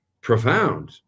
profound